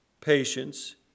patience